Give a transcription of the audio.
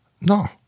no